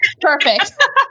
Perfect